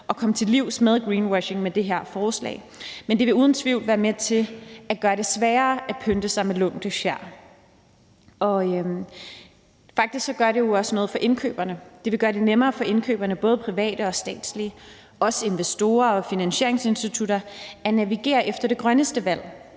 og kommer næppe greenwashing til livs med det her forslag, men det vil uden tvivl være med til at gøre det sværere at pynte sig med lånte fjer. Faktisk gør det også noget for indkøberne. Det vil gøre det nemmere for indkøberne, både private og statslige, og også for investorer og finansieringsinstitutter at navigere efter det grønneste valg